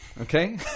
Okay